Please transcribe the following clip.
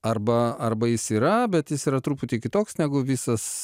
arba arba jis yra bet jis yra truputį kitoks negu visas